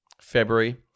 February